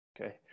Okay